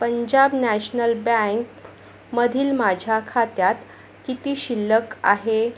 Punjab national बँकमधील माझ्या खात्यात किती शिल्लक आहे